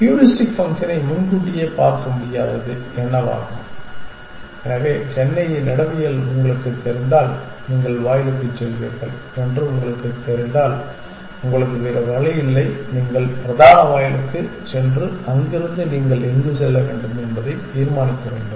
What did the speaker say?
heuristic ஃபங்க்ஷனை முன்கூட்டியே பார்க்க முடியாதது என்னவாகும் எனவே சென்னையின் இடவியல் உங்களுக்குத் தெரிந்தால் நீங்கள் வாயிலுக்குச் செல்வீர்கள் என்று உங்களுக்குத் தெரிந்தால் உங்களுக்கு வேறு வழியில்லை நீங்கள் பிரதான வாயிலுக்குச் சென்று அங்கிருந்து நீங்கள் எங்கு செல்ல வேண்டும் என்பதை தீர்மானிக்க வேண்டும்